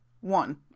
one